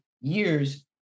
years